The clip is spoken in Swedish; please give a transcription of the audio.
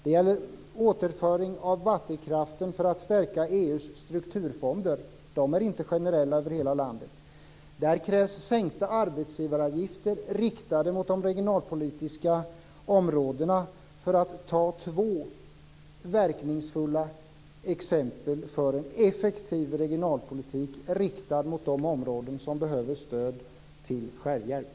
Det gäller återföring av vattenkraftsvinster för att EU:s strukturfonder skall stärkas. De är inte generella över hela landet. Det krävs sänkta arbetsgivaravgifter, och de skall vara regionalpolitiskt riktade. Detta är två verkningsfulla exempel för att få en effektiv regionalpolitik riktad mot de områden som behöver stöd till självhjälp.